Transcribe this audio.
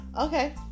okay